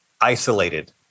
Isolated